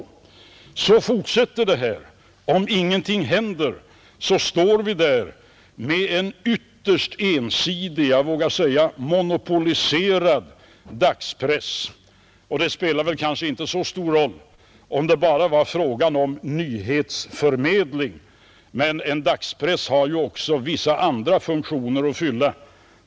Så fortsätter detta. Om ingenting händer står vi där med en ytterst ensidig, jag vågar säga monopoliserad dagspress. Det skulle väl inte spela så stor roll om det bara vore fråga om nyhetsförmedling, men en dagspress har ju också vissa andra funktioner att fylla.